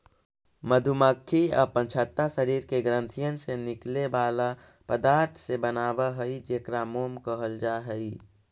मधुमक्खी अपन छत्ता शरीर के ग्रंथियन से निकले बला पदार्थ से बनाब हई जेकरा मोम कहल जा हई